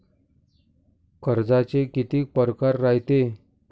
कर्जाचे कितीक परकार रायते?